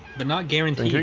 but not guarantee